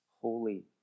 holy